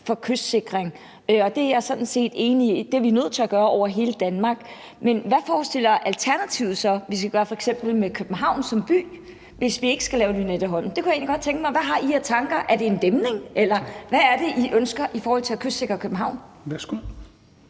for kystsikring. Det er jeg sådan set enig i at vi bliver nødt til at gøre over hele Danmark, men hvad forestiller Alternativet sig så vi skal gøre med f.eks. København som by, hvis vi ikke skal lave Lynetteholmen? Jeg kunne egentlig godt tænke mig at vide, hvad I har af tanker. Er det en dæmning? Eller hvad er det, I ønsker for at kystsikre København? Kl.